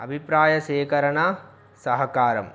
అభిప్రాయ సేకరణ సహకారం